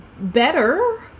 better